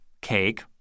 cake